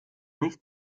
nicht